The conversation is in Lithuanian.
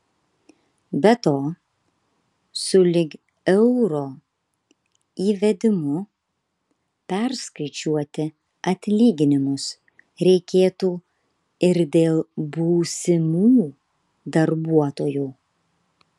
be to sulig euro įvedimu perskaičiuoti atlyginimus reikėtų ir dėl būsimų darbuotojų